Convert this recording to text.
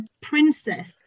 princess